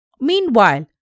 Meanwhile